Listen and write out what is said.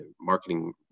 marketing